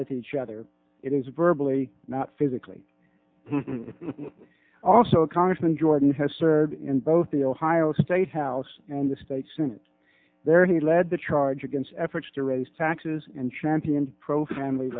with each other it is a verbal a not physically also a congressman jordan has served in both the ohio state house and the state senate there he led the charge against efforts to raise taxes and championed pro family